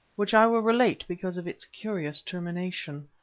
which i will relate because of its curious termination.